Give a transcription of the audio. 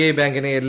I ബാങ്കിനെ L